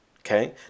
Okay